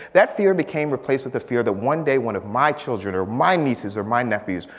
that fear became replaced with the fear that one day, one of my children or my nieces or my nephews.